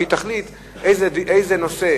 שהיא תחליט איזה נושא